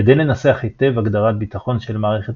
כדי לנסח היטב הגדרת ביטחון של מערכת